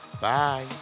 Bye